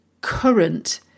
current